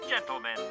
Gentlemen